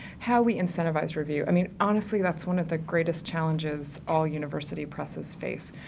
how we incentivize review. i mean honestly that's one of the greatest challenges all university presses face.